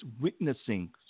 witnessing